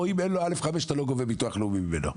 אם אין לו א.5 אתה לא גובה ביטוח לאומי ממנו?